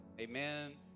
Amen